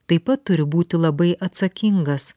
taip pat turi būti labai atsakingas